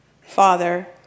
Father